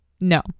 No